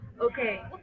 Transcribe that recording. okay